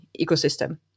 ecosystem